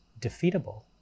defeatable